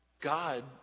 God